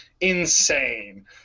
insane